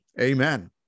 Amen